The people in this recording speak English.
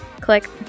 Click